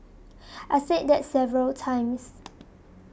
I said that several times